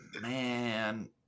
Man